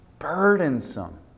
Burdensome